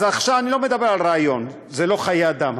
אז עכשיו אני לא מדבר על ריאיון, זה לא חיי אדם.